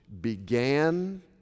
began